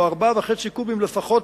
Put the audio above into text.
או 4.5 קובים לפחות,